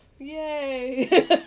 Yay